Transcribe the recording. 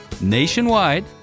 nationwide